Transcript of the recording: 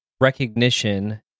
recognition